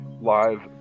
live